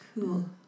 cool